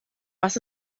was